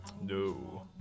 No